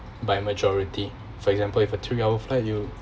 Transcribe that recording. by majority for example if a three hour flight you